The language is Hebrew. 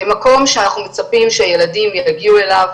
הן מקום שאנחנו מצפים שילדים יגיעו אליו